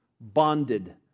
bonded